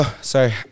Sorry